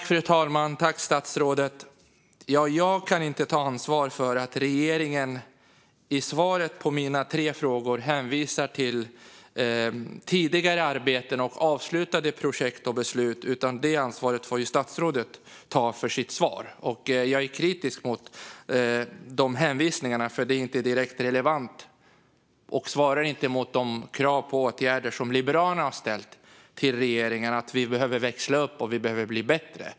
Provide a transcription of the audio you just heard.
Fru talman och statsrådet! Jag kan inte ta ansvar för att regeringen i svaret på mina tre frågor hänvisar till tidigare arbeten och avslutade projekt och beslut. Det ansvaret får statsrådet ta och ta ansvar för sitt svar. Jag är kritisk mot dessa hänvisningar, för de är inte direkt relevanta och svarar inte mot de krav på åtgärder som Liberalerna har ställt på regeringen när det gäller att vi behöver växla upp och bli bättre.